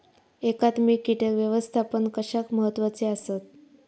एकात्मिक कीटक व्यवस्थापन कशाक महत्वाचे आसत?